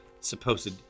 supposed